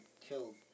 killed